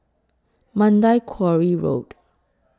Mandai Quarry Road